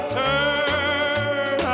turn